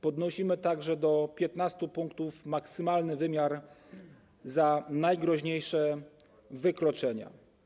Podnosimy także do 15 pkt maksymalny wymiar za najgroźniejsze wykroczenia.